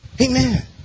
Amen